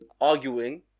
arguing